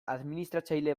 administratzaile